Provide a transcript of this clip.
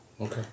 Okay